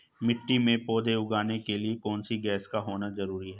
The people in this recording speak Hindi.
मिट्टी में पौधे उगाने के लिए कौन सी गैस का होना जरूरी है?